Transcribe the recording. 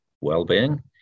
well-being